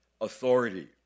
authority